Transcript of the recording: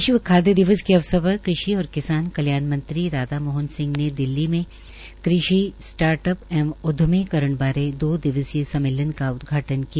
विश्व खाद्य दिवस के अवसर पर कृषि और किसान कल्याण मंत्री राधा मोहन सिंह ने दिल्ली में कृषि स्ट्रार्टअप एवं उद्यमीकरण बारे दिवसीय सम्मेलन का उदघाटन किया